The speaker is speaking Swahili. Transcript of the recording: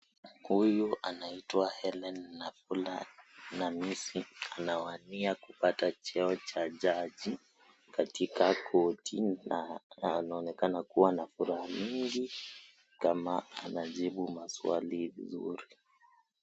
Huyu anaitwa Hellen Nafula Namisi. Anawania kupata cheo cha jaji katika koti na anaonekana kuwa na furaha nyingi kama anajibu maswali vizuri.